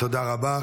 תודה רבה.